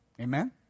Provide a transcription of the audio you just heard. Amen